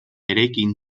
eraikin